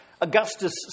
Augustus